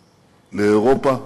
לאירופה,